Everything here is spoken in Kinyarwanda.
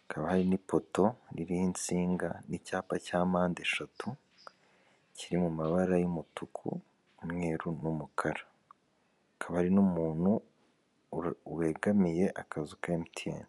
hakaba hari n'ipoto ririho insinga, icyapa cya mpandeshatu kiri mu mabara y'umutuku umweru n'umukara hakaba hari n'umuntu wegamiye akazu ka "MTN".